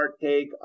partake